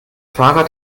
fahrrad